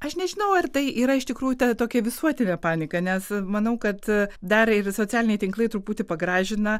aš nežinau ar tai yra iš tikrųjų ta tokia visuotinė panika nes manau kad dar ir socialiniai tinklai truputį pagražina